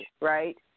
right